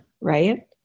right